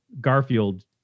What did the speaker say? Garfield